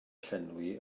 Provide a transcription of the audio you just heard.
llenwi